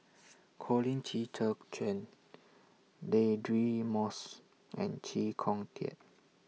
Colin Qi Zhe Quan Deirdre Moss and Chee Kong Tet